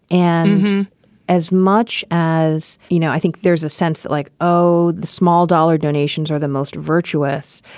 and as much as you know, i think there's a sense that like, oh, the small-dollar donations are the most virtuous.